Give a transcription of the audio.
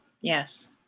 yes